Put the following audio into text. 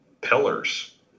pillars